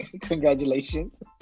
Congratulations